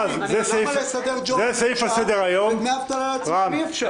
למה לסדר ג'ובים אפשר ולתת דמי אבטלה אי אפשר?